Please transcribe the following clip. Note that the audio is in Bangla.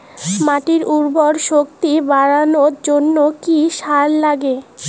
মাটির উর্বর শক্তি বাড়ানোর জন্য কি কি সার লাগে?